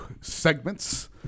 segments